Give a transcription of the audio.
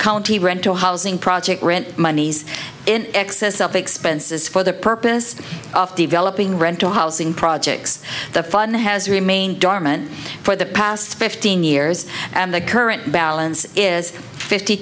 county rent to housing project rent monies in excess of expenses for the purpose of developing rental housing projects the fund has remained dormant for the past fifteen years and the current balance is fifty